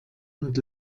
und